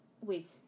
Wait